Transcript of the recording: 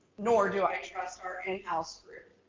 nor do i trust our in-house group